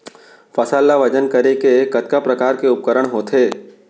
फसल ला वजन करे के कतका प्रकार के उपकरण होथे?